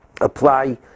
apply